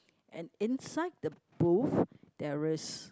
and inside the booth there is